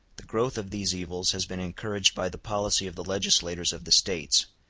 the growth of these evils has been encouraged by the policy of the legislators of the states,